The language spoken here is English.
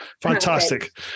Fantastic